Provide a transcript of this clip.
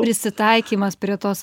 prisitaikymas prie tos